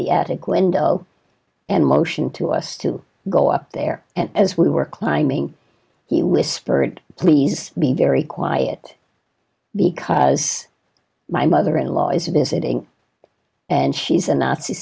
the attic window and motion to us to go up there and as we were climbing he whispered please be very quiet because my mother in law is in this it ing and she's a nazi